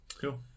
Cool